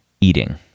eating